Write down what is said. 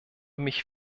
mich